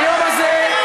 היום הזה,